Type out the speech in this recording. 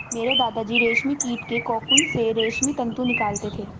मेरे दादा जी रेशमी कीट के कोकून से रेशमी तंतु निकालते थे